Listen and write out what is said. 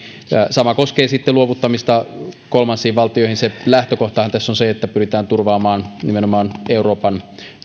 sama koskee luovuttamista kolmansiin valtioihin lähtökohtahan tässä on se että pyritään turvaamaan nimenomaan euroopan